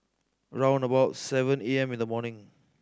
round about seven A M in the morning